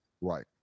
Right